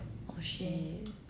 oh shit